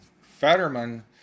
Fetterman